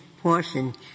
portion